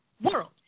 World